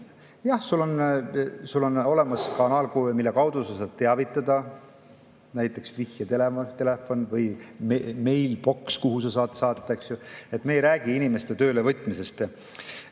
Jah, sul on olemas kanal, mille kaudu sa saad teavitada, näiteks vihjetelefon või meilboks, kuhu sa saad kirja saata, eks ju. Me ei räägi inimeste töölevõtmisest.